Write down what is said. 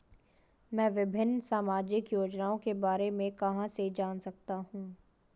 मैं विभिन्न सामाजिक योजनाओं के बारे में कहां से जान सकता हूं?